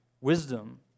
wisdom